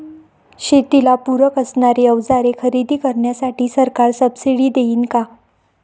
शेतीला पूरक असणारी अवजारे खरेदी करण्यासाठी सरकार सब्सिडी देईन का?